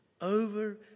over